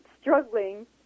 struggling